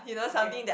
okay